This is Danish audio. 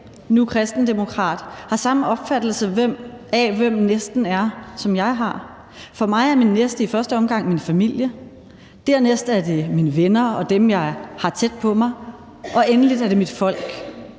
nu kristendemokrat, har samme opfattelse som jeg af, hvem næsten er. For mig er min næste i første omgang min familie, dernæst er det mine venner og dem, jeg har tæt på mig, og endelig er det mit folk.